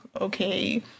okay